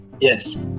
Yes